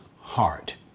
heart